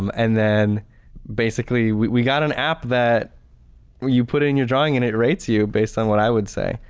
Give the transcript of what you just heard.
um and then basically we got an app that you put it in your drawing and it rates you based on what i would say.